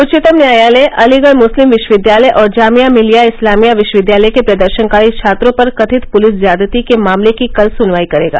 उच्चतम न्यायालय अलीगढ़ मुस्लिम विश्वविद्यालय और जामिया भिल्लिया इस्लामिया विश्वविद्यालय के प्रदर्शनकारी छात्रों पर कथित पुलिस ज्यादती के मामले की कल सनवाई करेगा